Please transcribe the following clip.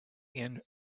and